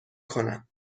کنم